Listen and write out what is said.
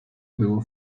było